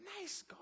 nice